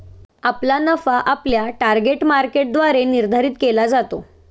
आपला नफा आपल्या टार्गेट मार्केटद्वारे निर्धारित केला जातो